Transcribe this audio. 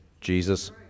Jesus